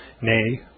nay